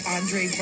Andre